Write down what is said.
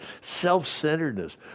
self-centeredness